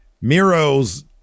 Miro's